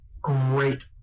great